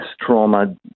trauma